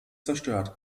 zerstört